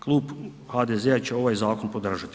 Klub HDZ-a će ovaj zakon podržati.